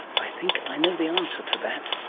i think i know the answer to that.